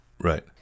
Right